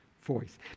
voice